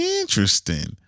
interesting